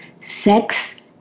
sex